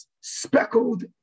speckled